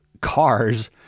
cars